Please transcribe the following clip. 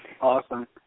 Awesome